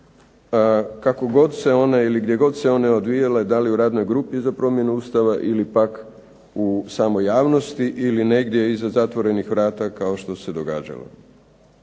kako god se one ili gdje god se one odvijale, da li u radnoj grupi za promjenu Ustava ili pak u samoj javnosti ili negdje iza zatvorenih vrata kao što se događalo.